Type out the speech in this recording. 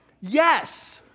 yes